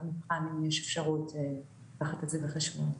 נבחן אם יש אפשרות לקחת את זה בחשבון.